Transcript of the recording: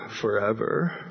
forever